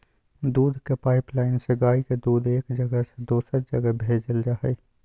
दूध के पाइपलाइन से गाय के दूध एक जगह से दोसर जगह भेजल जा हइ